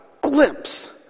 glimpse